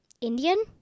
Indian